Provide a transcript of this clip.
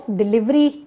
delivery